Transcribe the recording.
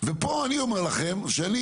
ופה אני אומר לכם שאני,